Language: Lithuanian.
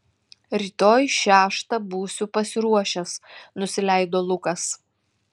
rytoj šeštą būsiu pasiruošęs nusileido lukas